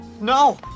No